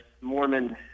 Mormon